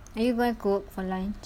are you gonna cook for lunch